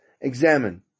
examine